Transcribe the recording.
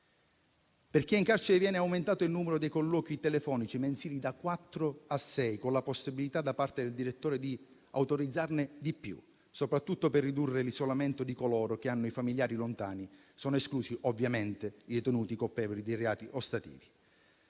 Per chi è in carcere viene aumentato il numero dei colloqui telefonici mensili da quattro a sei, con la possibilità da parte del direttore di autorizzarne di più, soprattutto per ridurre l'isolamento di coloro che hanno i familiari lontani. Sono esclusi ovviamente i detenuti colpevoli di reati ostativi.